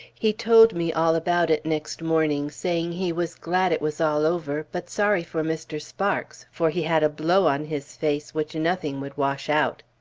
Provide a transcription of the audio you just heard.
he told me all about it next morning, saying he was glad it was all over, but sorry for mr. sparks for he had a blow on his face which nothing would wash out.